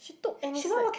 she took and it's like